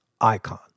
icon